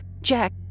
Jack